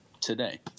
today